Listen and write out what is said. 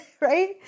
right